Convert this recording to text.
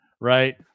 right